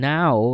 Now